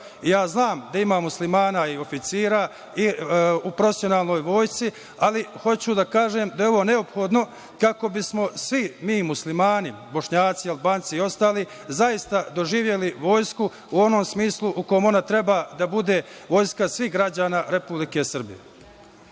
Ja znam da ima muslimana i oficira u profesionalnoj vojsci, ali hoću da kažem da je ovo neophodno kako bismo svi mi muslimani, Bošnjaci, Albanci i ostali zaista doživeli vojsku u onom smislu u kom ona treba da bude vojska svih građana Republike Srbije.